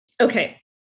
Okay